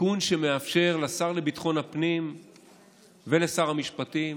תיקון שמאפשר לשר לביטחון הפנים ולשר המשפטים